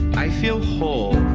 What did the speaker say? i feel whole.